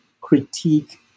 critique